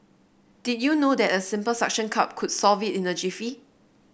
did you know that a simple suction cup could solve it in a jiffy